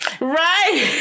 right